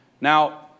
Now